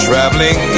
Traveling